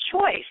Choice